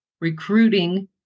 recruiting